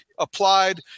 applied